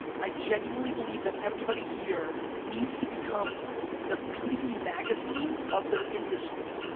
i genuinely believe that everybody here needs to become the b to b magazine of their industry,